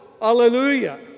Hallelujah